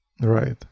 right